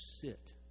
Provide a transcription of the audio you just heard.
sit